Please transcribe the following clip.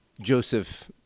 joseph